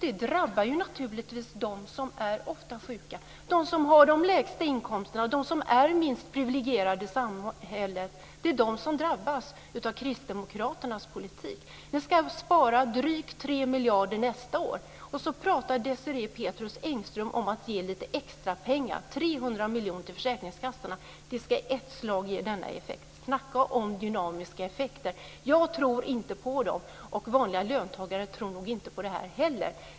Det drabbar naturligtvis dem som ofta är sjuka, dem som har de lägsta inkomsterna och dem som är de minst privilegierade i samhället. Det är de som drabbas av kristdemokraternas politik. Ni ska spara drygt 3 miljarder nästa år. Sedan pratar Desirée Pethrus Engström om att ge lite extra pengar, 300 miljoner kronor, till försäkringskassorna. Det ska i ett slag ge effekt. Snacka om dynamiska effekter! Jag tror inte på dem, och vanliga löntagare tror nog inte heller på dem.